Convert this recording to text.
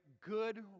Good